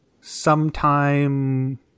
sometime